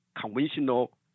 conventional